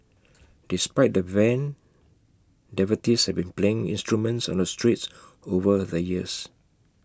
despite the ban devotees have been playing instruments on the streets over the years